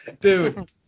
Dude